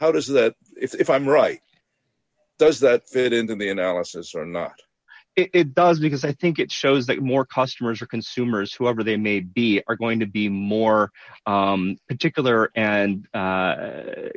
how does that if i'm right does that fit into the analysis or not it does because i think it shows that more customers are consumers whoever they may be are going to be more particular and